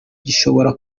gishobora